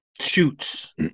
shoots